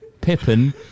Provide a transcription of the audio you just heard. pippin